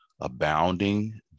abounding